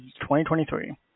2023